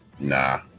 Nah